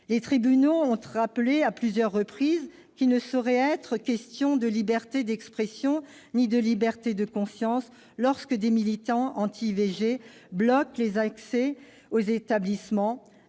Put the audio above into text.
Les tribunaux ont rappelé à plusieurs reprises qu'il ne saurait être question de liberté d'expression ni de liberté de conscience lorsque des militants anti-IVG bloquent les accès aux établissements,